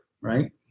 right